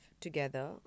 together